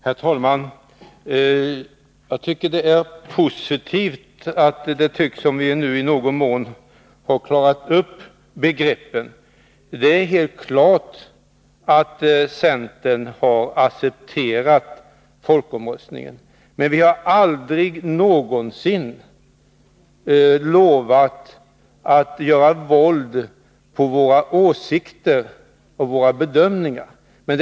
Herr talman! Det är positivt att vi nu i någon mån tycks ha klarat upp begreppen. Det är helt klart att centern har accepterat folkomröstningen. Men vi har aldrig någonsin lovat att göra våld på våra åsikter och våra bedömningar.